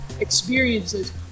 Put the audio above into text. experiences